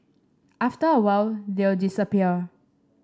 after a while they'll disappear